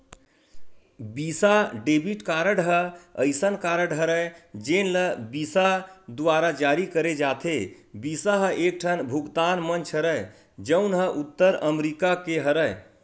बिसा debit card ह असइन कारड हरय जेन ल बिसा दुवारा जारी करे जाथे, बिसा ह एकठन भुगतान मंच हरय जउन ह उत्तर अमरिका के हरय